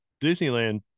Disneyland